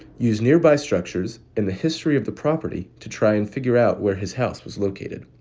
use nearby structures and the history of the property to try and figure out where his house was located.